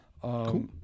Cool